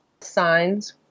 Signs